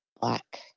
black